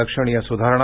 लक्षणीय सुधारणा